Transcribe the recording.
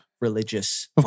religious